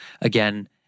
again